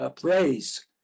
praise